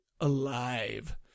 alive